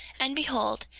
and behold,